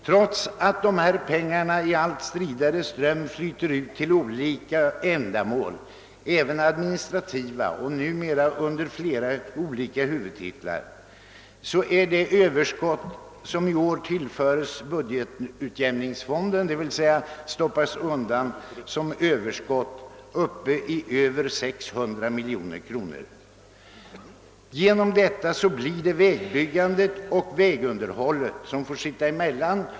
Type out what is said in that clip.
Trots att dessa pengar i en allt stridare ström flyter ut till olika ändamål, även administrativa och numera under flera olika huvudtitlar, är det överskott som i år tillförts budgetutjämningsfonden, dvs. stoppats undan som Ööverskott, uppe i över 600 miljoner kronor. Det blir vägbyggandet och vägunderhållet som får sitta emellan.